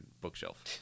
bookshelf